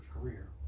career